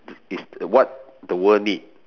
is the what the world need